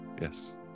Yes